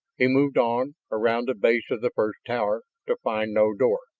he moved on, around the base of the first tower, to find no door,